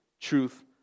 truth